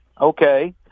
Okay